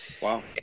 Wow